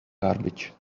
garbage